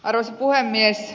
arvoisa puhemies